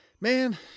Man